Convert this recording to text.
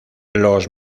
los